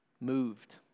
moved